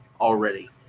already